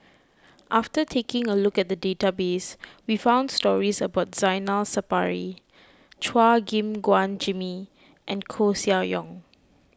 after taking a look at the database we found stories about Zainal Sapari Chua Gim Guan Jimmy and Koeh Sia Yong